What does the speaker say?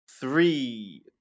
Three